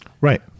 Right